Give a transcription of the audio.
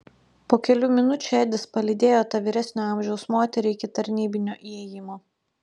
po kelių minučių edis palydėjo tą vyresnio amžiaus moterį iki tarnybinio įėjimo